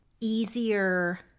easier